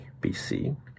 BC